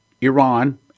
Iran